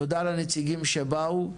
תודה לנציגים שבאו,